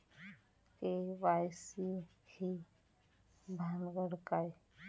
KYC ही भानगड काय?